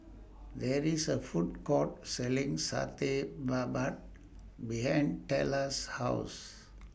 There IS A Food Court Selling Satay Babat behind Tella's House